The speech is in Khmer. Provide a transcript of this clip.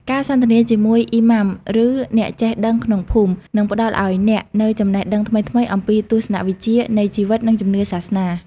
ការសន្ទនាជាមួយ អ៊ីម៉ាំ ឬអ្នកចេះដឹងក្នុងភូមិ នឹងផ្តល់ឱ្យអ្នកនូវចំណេះដឹងថ្មីៗអំពីទស្សនវិជ្ជានៃជីវិត និងជំនឿសាសនា។